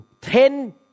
ten